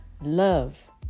Love